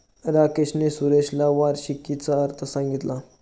राकेशने सुरेशला वार्षिकीचा अर्थ सांगितला